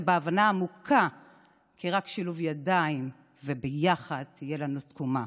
ובהבנה עמוקה כי רק בשילוב ידיים יחד תהיה לנו תקומה.